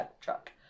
truck